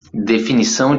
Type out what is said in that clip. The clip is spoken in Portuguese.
definição